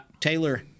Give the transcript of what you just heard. Taylor